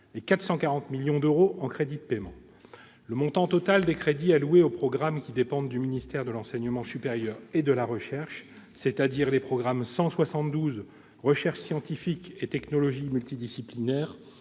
de 440 millions d'euros en crédits de paiement. Le montant total des crédits alloués aux programmes dépendant du ministère de l'enseignement supérieur et de la recherche, c'est-à-dire les programmes 172, « Recherches scientifiques et technologies pluridisciplinaires